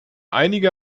einige